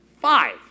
Five